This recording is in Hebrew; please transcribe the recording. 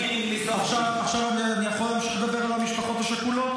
עכשיו אני יכול להמשיך לדבר על המשפחות השכולות,